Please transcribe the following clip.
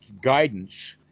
guidance